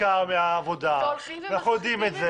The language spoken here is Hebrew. ניכר מהעבודה, אנחנו יודעים את זה.